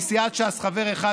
מסיעת ש"ס חבר אחד,